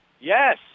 Yes